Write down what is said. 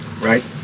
right